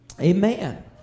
Amen